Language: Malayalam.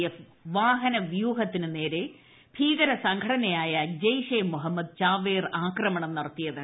എഫ് വാഹനവ്യൂഹത്തിന് നേരെ ഭീകരസംഘടനയായ ജെയ്ഷെ മുഹമ്മദ് ചാവേർ ആക്രമണം നടത്തിയത്